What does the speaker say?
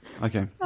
Okay